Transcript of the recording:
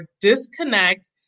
disconnect